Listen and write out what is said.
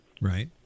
Right